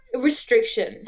restrictions